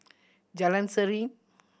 Jalan Serene